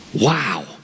Wow